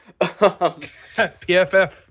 PFF